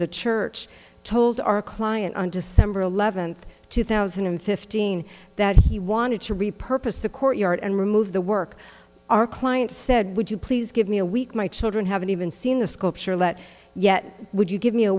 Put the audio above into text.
the church told our client on december eleventh two thousand and fifteen that he wanted to repurpose the court yard and remove the work our client said would you please give me a week my children haven't even seen the sculpture let yet would you give me a